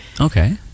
okay